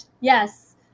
yes